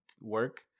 work